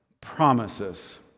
promises